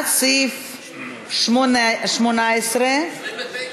רבותי, שמסעיף 5 עד סעיף 18, סליחה,